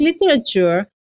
literature